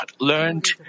learned